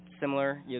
similar